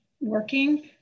working